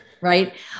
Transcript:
right